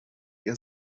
ihr